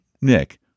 Nick